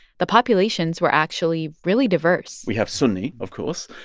the populations were actually really diverse we have sunni, of course.